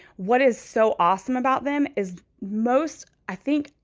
what is so awesome about them is most, i think,